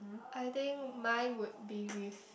I think mine would be with